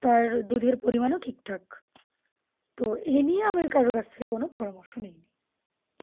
তার দুধের পরিমাণও ঠিকঠাক তো এ নিয়ে আমি কারোর কাছ থেকে কোনো পরামর্শ নিইনি